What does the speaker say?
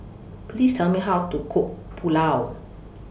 Please Tell Me How to Cook Pulao